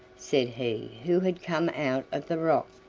said he who had come out of the rock.